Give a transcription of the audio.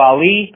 Ali